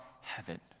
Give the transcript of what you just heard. heaven